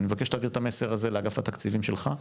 ואני מבקש להעביר את המסר הזה לאגף התקציבים שלך,